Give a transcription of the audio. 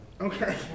Okay